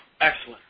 excellent